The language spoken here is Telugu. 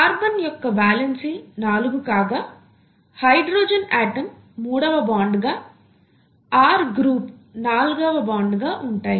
కార్బన్ యొక్క వాలెన్సీ నాలుగు కాగా హైడ్రోజన్ ఆటమ్ మూడవ బాండ్ గా R గ్రూప్ నాల్గవ బాండ్ గా ఉంటాయి